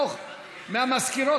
מהמזכירות.